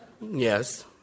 Yes